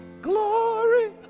Glory